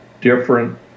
different